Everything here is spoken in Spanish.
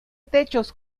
techos